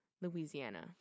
Louisiana